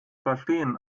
verstehen